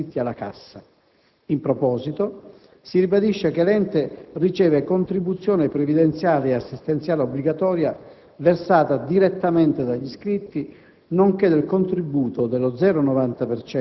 A tal proposito, va subito precisato che il patrimonio immobiliare dell'ENPAF non è stato acquistato in virtù di contributi pubblici, ma unicamente grazie alla contribuzione versata dagli iscritti alla cassa.